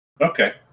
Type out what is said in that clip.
Okay